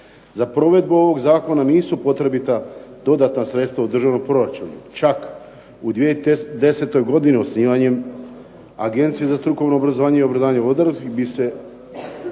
Za provedbu ovog Zakona nisu potrebita dodatna sredstva u državnom proračunu čak u 2010. godini osnivanjem Agencije za strukovno obrazovanje i obrazovanje odraslih bi se